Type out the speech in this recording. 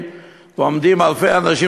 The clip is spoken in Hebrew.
עומדים אלפי אנשים,